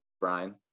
Brian